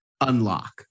unlock